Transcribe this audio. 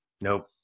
nope